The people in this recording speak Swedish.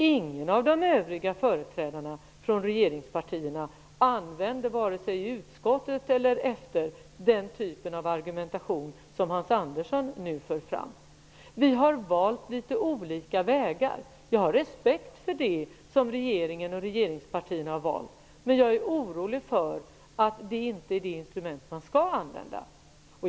Ingen av de övriga företrädarna från regeringspartierna använder i utskottet den typ av argumentation som Hans Andersson nu för fram. Vi var valt litet olika vägar. Jag har respekt för den väg som regeringen och regeringspartierna har valt, men jag är orolig för att man inte har valt det instrument som man skall använda.